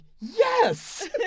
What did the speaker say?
yes